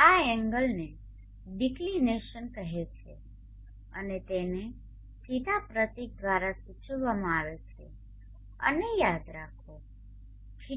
આ એન્ગલને ડિક્લિનેશન કહેવામાં આવે છે અને તેને δ પ્રતીક દ્વારા સૂચવવામાં આવે છે આને યાદ રાખો